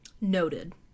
Noted